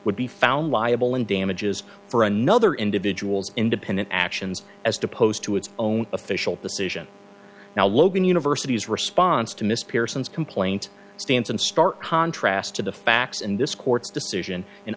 would be found liable in damages for another individual's independent actions as to post to its own official decision now logan university's response to miss pearson's complaint stands in stark contrast to the facts in this court's decision